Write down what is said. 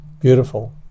Beautiful